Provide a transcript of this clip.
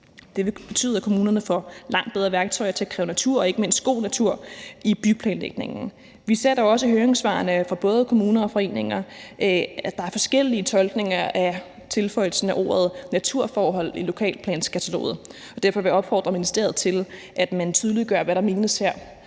vil betyde, at kommunerne får langt bedre værktøjer til at kræve natur og ikke mindst god natur i byplanlægningen. Vi ser dog også i høringssvarene fra både kommuner og foreninger, at der er forskellige tolkninger af tilføjelsen af ordet naturforhold i lokalplanskataloget. Og derfor vil jeg opfordre ministeriet til, at man tydeliggør, hvad der menes her.